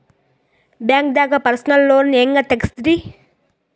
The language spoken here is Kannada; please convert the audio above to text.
ಬ್ಯಾಂಕ್ದಾಗ ಪರ್ಸನಲ್ ಲೋನ್ ಹೆಂಗ್ ತಗ್ಸದ್ರಿ?